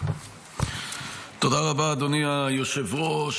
תודה רבה, אדוני היושב-ראש.